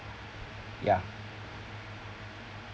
ya